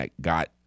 got